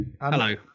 Hello